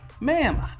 ma'am